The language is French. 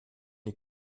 est